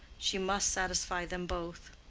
she must satisfy them both.